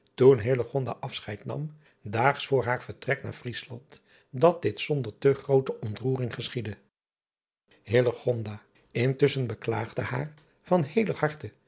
toen afscheid nam daags voor haar vertrek naar riesland dat dit zonder te groote ontroering geschiedde intusschen beklaagde haar van heeler harte